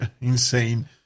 insane